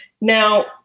Now